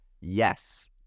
Yes